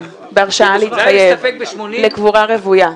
כן, בהרשאה להתחייב לקבורה רוויה.